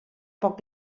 poc